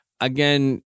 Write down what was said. again